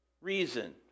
reason